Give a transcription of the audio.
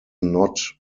not